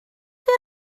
chi